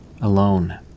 alone